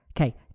Okay